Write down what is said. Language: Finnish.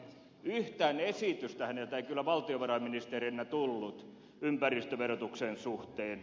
yhtään esitystä häneltä ei kyllä valtiovarainministerinä tullut ympäristöverotuksen suhteen